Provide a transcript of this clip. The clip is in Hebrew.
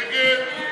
של קבוצת סיעת הרשימה